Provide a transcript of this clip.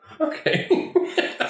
Okay